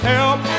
Help